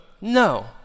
No